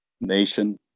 Nation